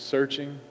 Searching